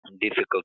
difficult